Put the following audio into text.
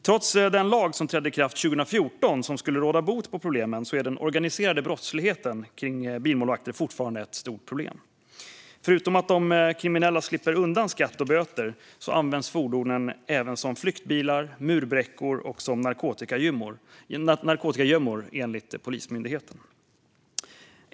Trots den lag som trädde i kraft 2014 och som skulle råda bot på problemen är den organiserade brottsligheten kring bilmålvakter fortfarande ett stort problem. Förutom att de kriminella slipper undan skatt och böter används fordonen även som flyktbilar, murbräckor och narkotikagömmor, enligt Polismyndigheten.